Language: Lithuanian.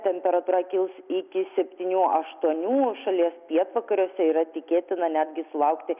temperatūra kils iki septynių aštuonių šalies pietvakariuose yra tikėtina netgi sulaukti